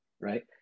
right